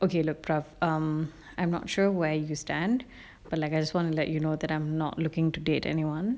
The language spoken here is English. okay look prof um I'm not sure where you stand but like I just wanna let you know that I'm not looking to date anyone